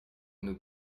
nous